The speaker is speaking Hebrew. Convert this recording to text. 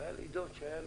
והיה לי דוד שהיה לו,